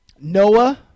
Noah